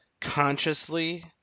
consciously